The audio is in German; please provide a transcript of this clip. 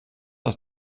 das